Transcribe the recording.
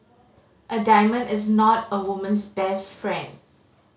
a diamond is not a woman's best friend